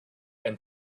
and